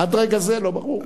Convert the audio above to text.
עד רגע זה לא ברור,